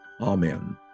Amen